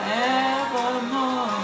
evermore